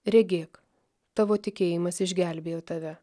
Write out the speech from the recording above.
regėk tavo tikėjimas išgelbėjo tave